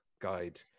guide